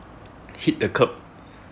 hit the curb